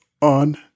on